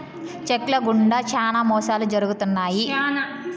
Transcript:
check ల గుండా శ్యానా మోసాలు జరుగుతున్నాయి